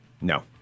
No